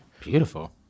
Beautiful